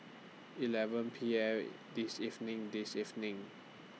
eleven P M This evening This evening